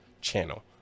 channel